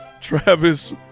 Travis